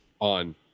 on